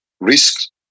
risks